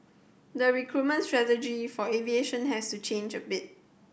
the recruitment strategy for aviation has to change a bit